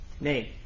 name